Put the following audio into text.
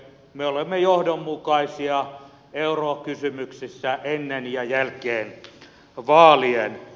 me olemme johdonmukaisia eurokysymyksissä ennen ja jälkeen vaalien